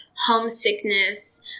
homesickness